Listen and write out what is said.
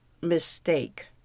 mistake